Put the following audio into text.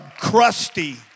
crusty